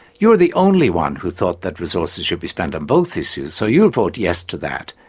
you're the only one who thought that resources should be spent on both issues, so you'll vote yes to that,